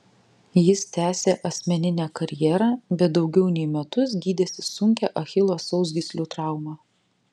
jis tęsė asmeninę karjerą bet daugiau nei metus gydėsi sunkią achilo sausgyslių traumą